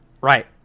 Right